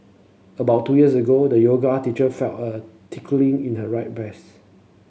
about two years ago the yoga teacher felt her in her right breast